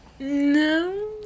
no